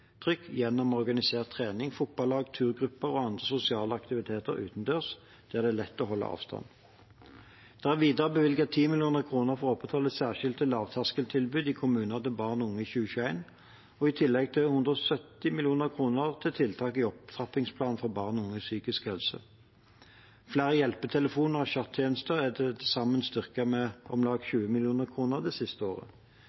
gjennom organisert trening, fotballag, turgrupper og andre sosiale aktiviteter utendørs, der det er lett å holde avstand. Det er videre bevilget 10 mill. kr for å opprettholde særskilte lavterskeltilbud i kommuner til barn og unge i 2021 og i tillegg 170 mill. kr til tiltak i Opptrappingsplan for barn og unges psykiske helse. Flere hjelpetelefoner og chattetjenester er til sammen styrket med om lag